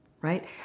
right